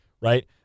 right